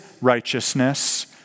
righteousness